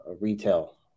retail